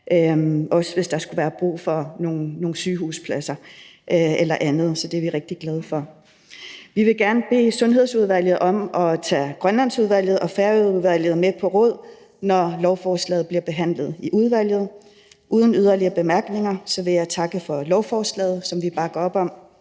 hvis der skulle være brug for det, eller andet. Så det er vi rigtig glade for. Vi vil gerne bede Sundhedsudvalget om at tage Grønlandsudvalget og Færøudvalget med på råd, når lovforslaget bliver behandlet i udvalget. Uden yderligere bemærkninger vil jeg takke for lovforslaget, som vi bakker op om.